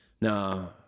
no